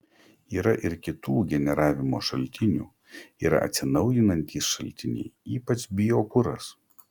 yra ir kitų generavimo šaltinių yra atsinaujinantys šaltiniai ypač biokuras